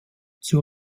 zur